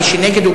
מי שנגד,